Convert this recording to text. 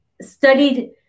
studied